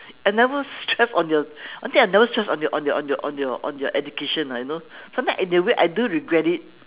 I never stress on their I think never stress on their on their on their on their education lah you know sometimes in a way I do regret it